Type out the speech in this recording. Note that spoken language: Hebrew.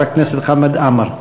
חבר הכנסת חמד עמאר.